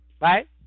right